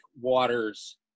waters